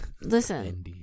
Listen